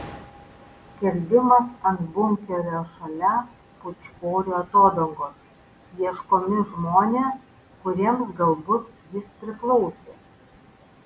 skelbimas ant bunkerio šalia pūčkorių atodangos ieškomi žmonės kuriems galbūt jis priklausė